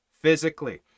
physically